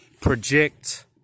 project